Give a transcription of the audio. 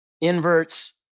Inverts